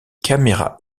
caméras